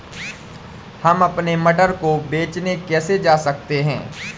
हम अपने मटर को बेचने कैसे जा सकते हैं?